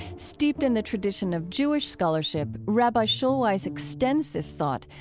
steeped in the tradition of jewish scholarship, rabbi schulweis extends this thought,